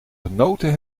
genoten